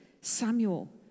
Samuel